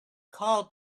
called